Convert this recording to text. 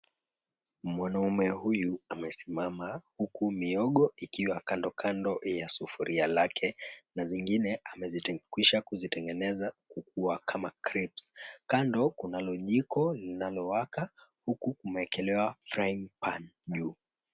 Mwanaume huyu amesimama, huku mihogo ikiwa kandokando ya sufuria lake na zingine amekwisha kuzitengeneza kukuwa kama crisps . Kando kunalo jiko linalowaka huku umewekelewa frying pan juu.